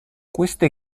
queste